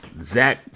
Zach